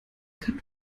kann